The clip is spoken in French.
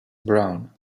browne